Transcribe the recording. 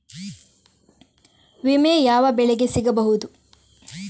ವಿಮೆ ಯಾವ ಬೆಳೆಗೆ ಸಿಗಬಹುದು?